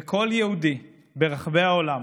וכל יהודי ברחבי העולם